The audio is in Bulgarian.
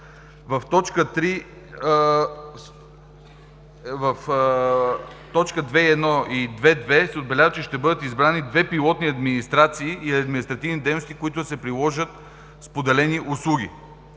В точка 2.1 и 2.2 се отбелязва, че ще бъдат избрани две пилотни администрации и административни дейности, в които да се приложат споделени услуги.